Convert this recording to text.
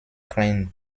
klein